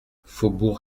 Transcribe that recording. faubourg